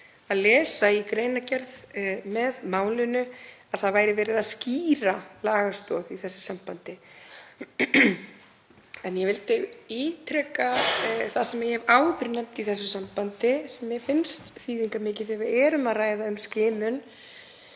að lesa í greinargerð með málinu að verið væri að skýra lagastoð í þessu sambandi. Ég vildi ítreka það sem ég hef áður nefnt í þessu sambandi, sem mér finnst þýðingarmikið þegar við erum að ræða um skimanir